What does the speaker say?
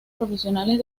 profesionales